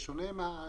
בדיוק.